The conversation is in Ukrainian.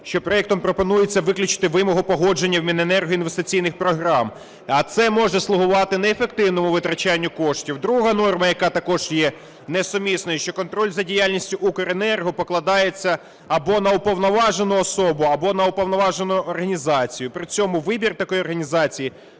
що проектом пропонується виключити вимогу погодження в Міненерго інвестиційних програм, а це може слугувати неефективному витрачанню коштів. Друга норма, яка також є несумісною, що контроль за діяльністю "Укренерго" покладається або на уповноважену особу, або на уповноважену організацію, при цьому вибір такої організації